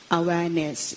awareness